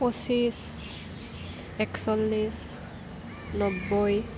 পঁচিছ একচল্লিছ নব্বৈ